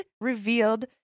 revealed